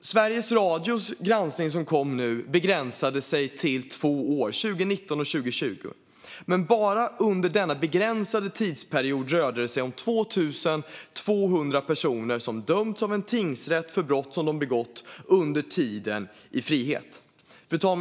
Sveriges Radios granskning, som kom nu, var begränsad till två år, 2019 och 2020, men bara under denna begränsade tidsperiod rörde det sig om 2 200 personer som dömts av en tingsrätt för brott som de begått under tiden i frihet. Fru talman!